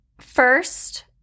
first